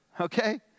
okay